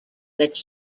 that